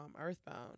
Earthbound